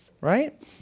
Right